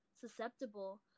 susceptible